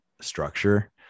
structure